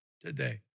today